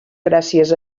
gràcies